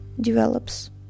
develops